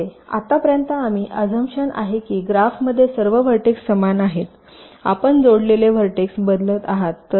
जसे आतापर्यंत आम्ही आझमशन आहे की ग्राफमध्ये सर्व व्हर्टेक्स समान आहेत आपण जोडलेले व्हर्टेक्स बदलत आहात